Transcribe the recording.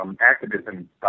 activism